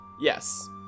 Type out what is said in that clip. Yes